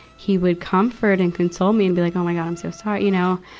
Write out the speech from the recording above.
he would comfort and console me and be like, oh my god, i'm so sorry you know.